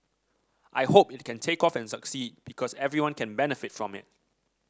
I hope it can take off and succeed because everyone can benefit from it